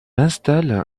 installe